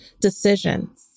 decisions